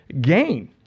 gain